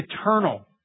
eternal